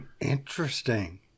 interesting